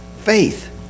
faith